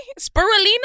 Spirulina